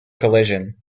collision